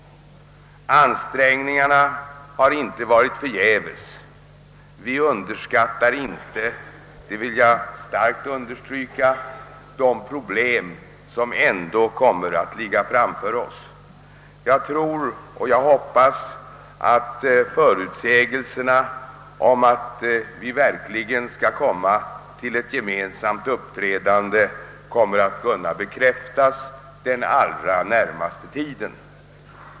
Ansträngningarna har inte varit förgäves. Vi underskattar inte — det vill jag starkt understryka — de problem som ändå kommer att ligga framför oss. Jag tror och hoppas att förutsägelserna om att vi verkligen skall nå fram till ett gemensamt uppträdande kommer att kunna bekräftas den allra närmaste tiden.